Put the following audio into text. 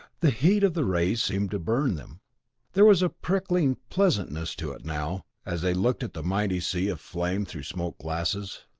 the heat of the rays seemed to burn them there was a prickling pleasantness to it now, as they looked at the mighty sea of flame through smoked glasses.